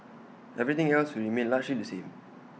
everything else will remain largely the same